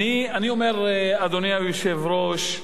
אומר, אדוני היושב-ראש,